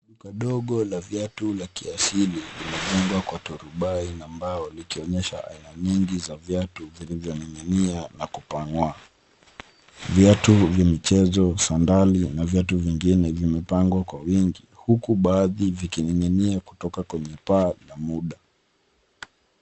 Duka ndogo la viatu la kiasili limejengwa kwa turubai na mbao likionyesha aina nyingi za viatu vilivyining'inia na kupangwa. Viatu vya michezo, sandali na viatu vingine vimepangwa kwa wingi huku baadhi vikining'inia kutoka kwenye paa ya muda.